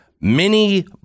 mini